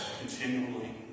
continually